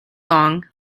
long